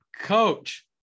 coach